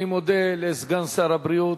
אני מודה לסגן שר הבריאות,